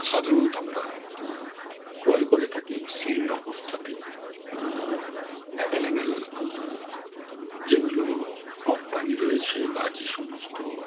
সাধারণত আমরা ক্রয় করে থাকি সিলড অবস্থাতেই অ্যাভেলেবল যেগুলো কোম্পানি রয়েছে বা যে সমস্ত